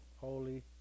holy